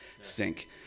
sync